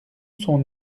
son